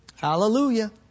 Hallelujah